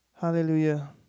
Hallelujah